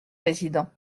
président